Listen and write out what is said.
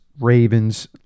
Ravens